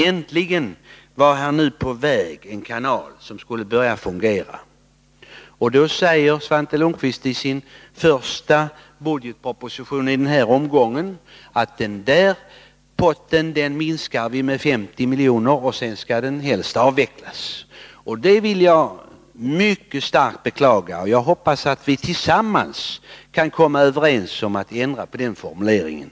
Äntligen var nu en kanal på väg som skulle börja fungera, och då säger Svante Lundkvist i sin första budgetproposition i denna omgång att den potten skall minskas med 50 miljoner och att den sedan helst skall avvecklas. Detta vill jag mycket starkt beklaga, och jag hoppas att vi tillsammans kan komma överens om att ändra på den formuleringen.